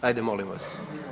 Hajde molim vas!